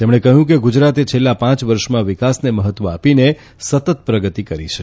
તેમણે કહ્યું કે ગુજરાતે છેલ્લા પાંચ વર્ષમાં વિકાસને મહત્વ આપીને સતત પ્રગતી કરી છે